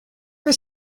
her